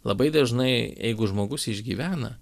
labai dažnai jeigu žmogus išgyvena